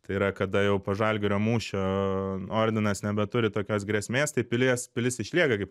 tai yra kada jau po žalgirio mūšio ordinas nebeturi tokios grėsmės tai pilies pilis išlieka kaip